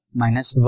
minus